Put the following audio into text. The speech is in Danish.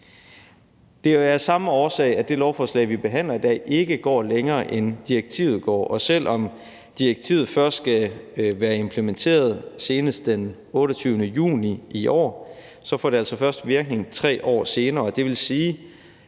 Det er af samme årsag, at det lovforslag, vi behandler i dag, ikke går længere, end direktivet går, og selv om direktivet først skal være implementeret senest den 28. juni i år, får det altså først virkning 3 år senere.